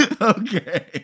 Okay